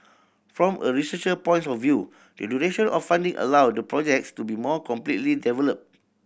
from a researcher points of view the duration of funding allow the projects to be more completely developed